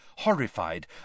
horrified